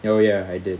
oh ya I did